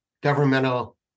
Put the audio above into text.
governmental